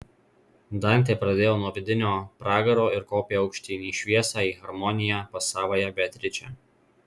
dantė pradėjo nuo vidinio pragaro ir kopė aukštyn į šviesą į harmoniją pas savąją beatričę